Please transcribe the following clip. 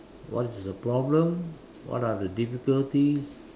what is the problem what are the difficulties